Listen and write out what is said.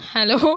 Hello